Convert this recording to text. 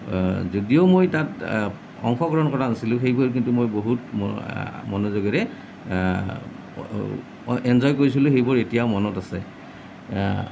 যদিও মই তাত অংশগ্ৰহণ কৰা নাছিলোঁ সেইবোৰ কিন্তু মই বহুত মনোযোগেেৰে এনজয় কৰিছিলোঁ সেইবোৰ এতিয়াও মনত আছে